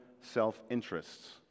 self-interests